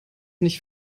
nicht